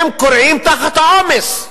הם כורעים תחת העומס.